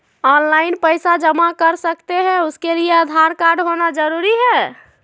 Online पैसा जमा कर सकते हैं उसके लिए आधार कार्ड होना जरूरी है?